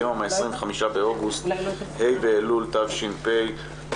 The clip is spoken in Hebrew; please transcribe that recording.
היום ה-25 באוגוסט ה' באלול תש"ף.